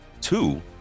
Two